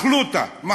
מח'לוטה.